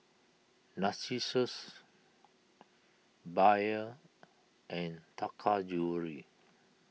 Narcissus Bia and Taka Jewelry